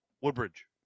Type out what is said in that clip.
Woodbridge